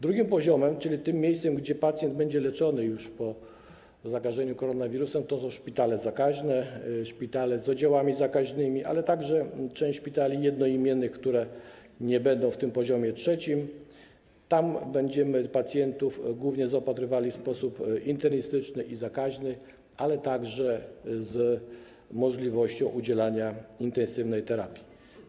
Drugim poziomem, czyli tym miejscem, gdzie pacjent będzie leczony już po zakażeniu koronawirusem, są szpitale zakaźne, szpitale z oddziałami zakaźnymi, ale także część szpitali jednoimiennych, które nie będą w tym poziomie trzecim - tam będziemy pacjentów głównie zaopatrywali w sposób internistyczny i zakaźny, ale także z możliwością udzielania intensywnej terapii.